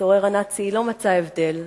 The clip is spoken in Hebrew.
הצורר הנאצי לא מצא הבדל,